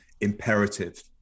Imperative